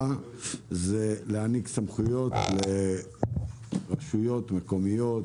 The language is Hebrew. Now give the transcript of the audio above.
הצעת החוק מדברת על הענקת סמכויות לרשויות מקומיות,